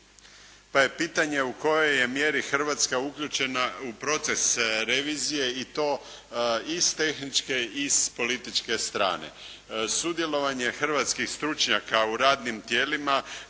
pa je pitanje u kojoj je mjeri Hrvatska uključena u proces revizije i to i iz tehničke i iz političke strane. Sudjelovanje hrvatskih stručnjaka u radnim tijelima